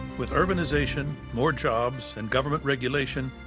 with urbanization, more jobs, and government regulation,